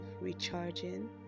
recharging